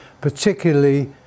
particularly